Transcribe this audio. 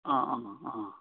अँ अँ अँ